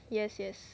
yes yes